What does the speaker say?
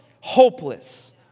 hopeless